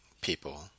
people